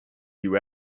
you